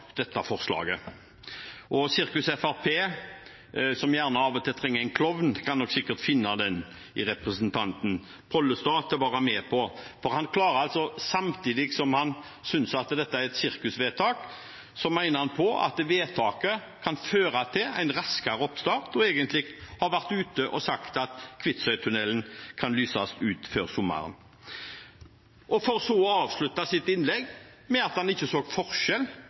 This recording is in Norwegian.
dette forslaget. Og sirkus FrP, som kanskje av og til trenger en klovn, en kan nok sikkert finne den i representanten Pollestad og få han til å være med på det, for han klarer altså samtidig som han synes at dette er et sirkusvedtak, å mene at vedtaket kan føre til en raskere oppstart – han har egentlig vært ute og sagt at Kvitsøytunnelen kan lyses ut før sommeren – for så å avslutte sitt innlegg med at han ikke så forskjell